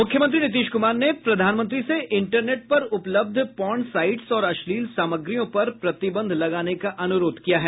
मुख्यमंत्री नीतीश कुमार ने प्रधानमंत्री से इंटरनेट पर उपलब्ध पोर्न साइट्स और अश्लील सामग्रियों पर प्रतिबंध लगाने का अनुरोध किया है